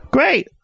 Great